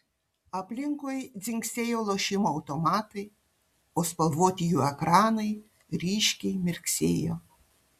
aplinkui dzingsėjo lošimo automatai o spalvoti jų ekranai ryškiai mirksėjo